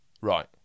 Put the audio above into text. right